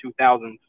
2000s